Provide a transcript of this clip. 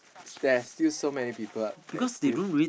there's still so many people that's still